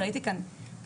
וראיתי כאן פרצופים